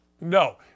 No